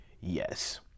yes